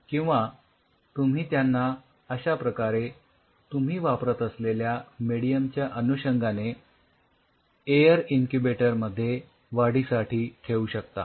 किंवा तुम्ही त्यांना अश्या प्रकारे तुम्ही वापरत असलेल्या मेडीयमच्या अनुषंगाने एयर इन्क्युबेटर मध्ये वाढीसाठी ठेवू शकता